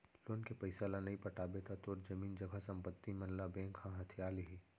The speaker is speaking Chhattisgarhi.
लोन के पइसा ल नइ पटाबे त तोर जमीन जघा संपत्ति मन ल बेंक ह हथिया लिही